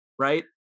right